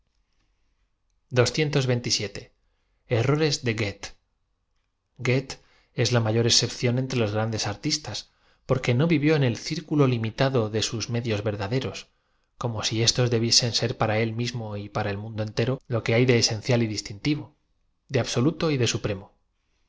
da qoethe goethe ea la mayor excepción entre los grandes a r tistas porque no v iv ió tn el circu lo lim itado de sus me dios verdaderos como si éstos debiesen ser para él mismo y para el mundo entero lo que h ay de esencial y dífitiativo de absoluto y de supremo